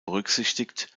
berücksichtigt